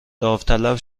داوطلب